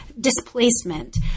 displacement